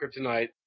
Kryptonite